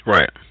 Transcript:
Right